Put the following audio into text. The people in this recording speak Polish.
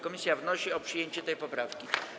Komisja wnosi o przyjęcie tej poprawki.